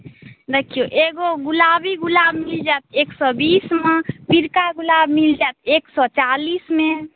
देखिऔ एगो गुलाबी गुलाब मिल जायत एक सए बीसमे पिरका गुलाब मिल जायत एक सए चालीसमे